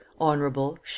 honorable